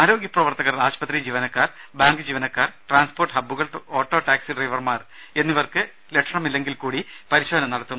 ആരോഗ്യപ്രവർത്തകർ ആശുപത്രി ജീവനക്കാർ ബാങ്ക് ജീവനക്കാർ ട്രാൻസ്പോർട്ട് ഹബ്ബുകൾ ഓട്ടോ ടാക്സി ഡ്രൈവർമാർ എന്നിവർക്ക് ലക്ഷണമില്ലെങ്കിൽ കൂടി പരിശോധന നടത്തും